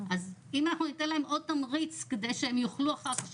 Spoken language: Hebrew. אז אם אנחנו נתן להם עוד תמריץ כדי שהם יוכלו אחר כך לחזור לעבוד בדרום,